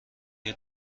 اگه